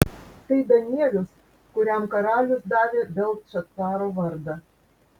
tai danielius kuriam karalius davė beltšacaro vardą